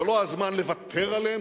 זה לא הזמן לוותר עליהם.